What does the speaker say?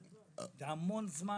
זה לקח המון זמן.